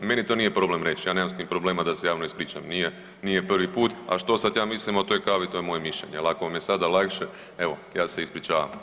Meni to nije problem reći, ja nemam s tim problema da se javno ispričam, nije, nije prvi put, a što sad ja mislim o toj kavi to je moje mišljenje jer ako vam je sada lakše evo ja se ispričavam.